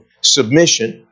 submission